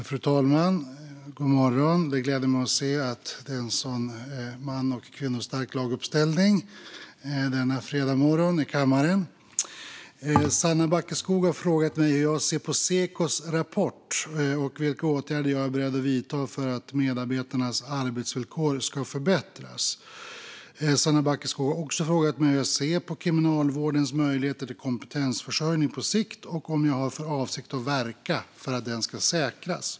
Fru talman! God morgon! Det gläder mig att se en så man och kvinnostark laguppställning denna fredagsmorgon i kammaren! Sanna Backeskog har frågat mig hur jag ser på Sekos rapport och vilka åtgärder jag är beredd att vidta för att medarbetarnas arbetsvillkor ska förbättras. Sanna Backeskog har också frågat mig hur jag ser på Kriminalvårdens möjligheter till kompetensförsörjning på sikt och om jag har för avsikt att verka för att den ska säkras.